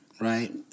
Right